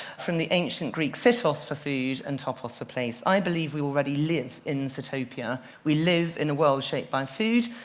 from the ancient greek, sitos for food, and topos for place. i believe we already live in sitopia. we live in a world shaped by food,